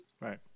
Right